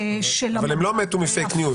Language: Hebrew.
-- אבל הם לא מתו מ"פייק ניוז".